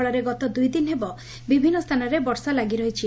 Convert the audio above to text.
ଫଳରେ ଗତ ଦୁଇଦିନ ହେବ ବିଭିନ୍ନ ସ୍ରାନରେ ବର୍ଷା ଲାଗିରହିଛି